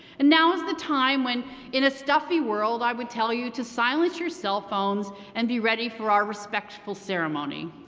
and now is the time when in a stuffy world, i would tell you to silence your cell phones and be ready for our respectful ceremony.